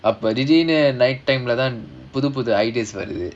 அப்போதைக்கு நீ:appothaikku nee night time leh தான் புது புது:thaan pudhu pudhu ideas வருது:varuthu